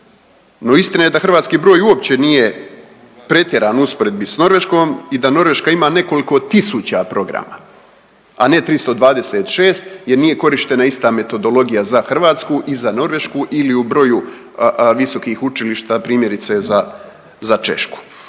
No, istina je da hrvatski broj uopće nije pretjeran u usporedbi sa Norveškom i da Norveška ima nekoliko tisuća programa, a ne 326 jer nije korištena ista metodologija za Hrvatsku i za Norvešku ili u broju visokih učilišta primjerice za Češku.